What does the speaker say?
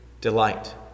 delight